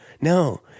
No